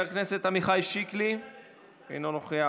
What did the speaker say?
חבר הכנסת עמיחי שיקלי, אינו נוכח,